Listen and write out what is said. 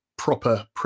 proper